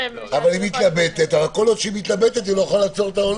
כל עוד היא מתלבטת, היא לא יכולה לעצור את העולם.